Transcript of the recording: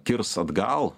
kirs atgal